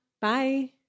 Bye